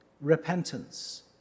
repentance